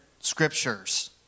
scriptures